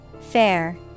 Fair